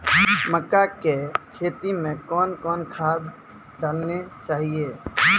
मक्का के खेती मे कौन कौन खाद डालने चाहिए?